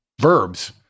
verbs